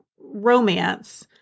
romance